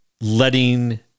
letting